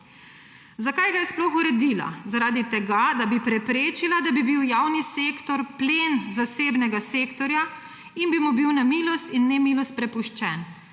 Zakaj ga je sploh uredila? Zaradi tega, da bi preprečila, da bi bil javni sektor plen zasebnega sektorja in bi mu bil na milost in nemilost prepuščen.